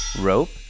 Rope